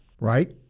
right